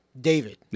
David